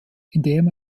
indem